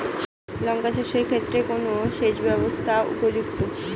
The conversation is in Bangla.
লঙ্কা চাষের ক্ষেত্রে কোন সেচব্যবস্থা উপযুক্ত?